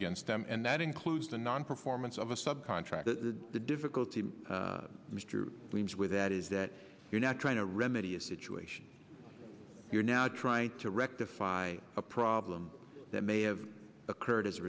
against them and that includes the nonperformance of a sub contractor the difficulty mr weems with that is that you're not trying to remedy a situation you're now trying to rectify a problem that may have occurred as a